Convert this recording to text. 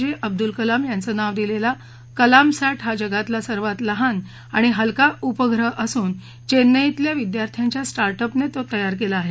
जे अब्दुल कलाम यांचं नाव दिलेला कलामसॅट हा जगातला सर्वात लहान आणि हलका उपग्रह असून चेन्नईतल्या विदयार्थ्यांच्या स्टार्ट अपनं तो तयार केला आहे